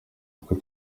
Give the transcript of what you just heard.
uku